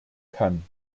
kann